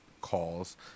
calls